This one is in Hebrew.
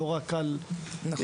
לא רק על הטיפול.